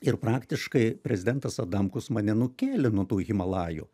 ir praktiškai prezidentas adamkus mane nukėlė nuo tų himalajų